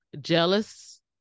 jealous